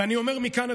ואני אומר מכאן,